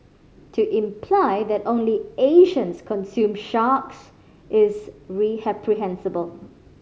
to imply that only Asians consume sharks is